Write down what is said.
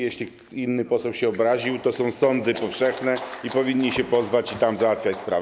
Jeśli inny poseł się obraził, to są sądy powszechne, powinni się pozwać i tam załatwiać sprawę.